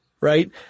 right